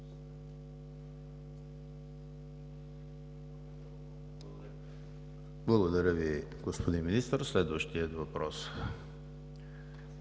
Благодаря Ви, господин Министър. Следващият въпрос